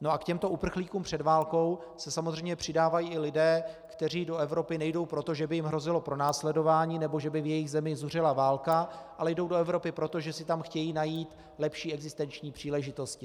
No a k těmto uprchlíkům před válkou se samozřejmě přidávají i lidé, kteří do Evropy nejdou proto, že by jim hrozilo pronásledování nebo že by v jejich zemi zuřila válka, ale jdou do Evropy proto, že si tam chtějí najít lepší existenční příležitosti.